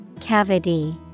Cavity